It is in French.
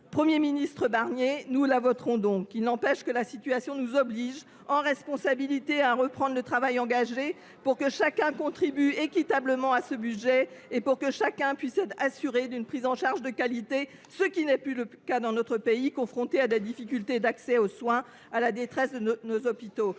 Premier ministre Barnier, nous la voterons. Il n’empêche que la situation nous oblige, en responsabilité, à reprendre le travail engagé, pour que chacun contribue équitablement à ce budget et pour que chacun puisse être assuré d’une prise en charge de qualité,… C’est fini !… ce qui n’est plus le cas dans notre pays, qui est confronté à des difficultés d’accès aux soins et à la détresse de nos hôpitaux.